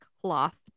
cloth